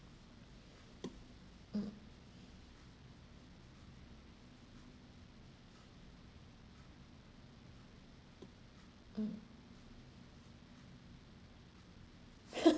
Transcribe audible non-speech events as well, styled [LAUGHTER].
mm mm [LAUGHS]